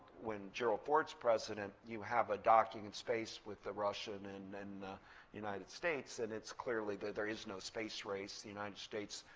when gerald ford's president, you have a docking in space with the russian and and united states. and it's clearly that there is no space race. the united states,